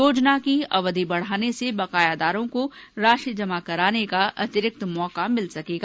योजना की अवधि बढ़ाने से बकायादारों को राशि जमा कराने का अतिरिक्त अवसर मिल सकेगा